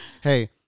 Hey